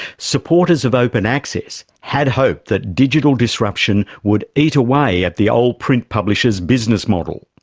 supporters of open access had hoped that digital disruption would eat away at the old print publisher's business model.